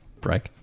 break